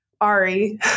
Ari